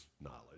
knowledge